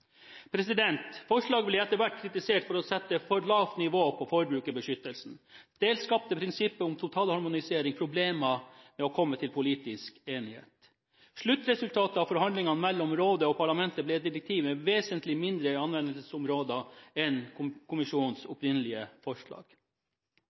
Forslaget ble etter hvert kritisert for å sette et for lavt nivå på forbrukerbeskyttelsen, og dels skapte prinsippet om totalharmonisering problemer med å komme til politisk enighet. Sluttresultatet av forhandlingene mellom Europarådet og EU-parlamentet ble et direktiv med vesentlig mindre anvendelsesområde enn